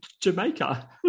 Jamaica